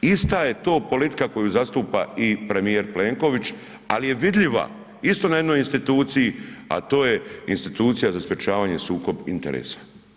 Ista je to politika koju zastupa i premijer Plenković, ali je vidljiva isto na jednoj instituciji, a to je institucija za sprječavanje sukob interesa.